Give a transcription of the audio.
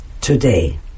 Today